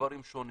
בדברים שונים,